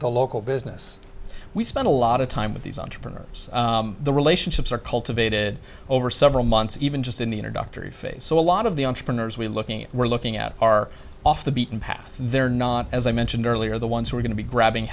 the local business we spend a lot of time with these entrepreneur the relationships are cultivated over several months even just in the inner dr you face so a lot of the entrepreneurs we looking at we're looking at are off the beaten path they're not as i mentioned earlier the ones who are going to be grabbing